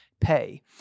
pay